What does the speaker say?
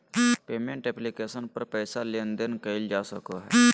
payment application पर पैसा के लेन देन कइल जा सको हइ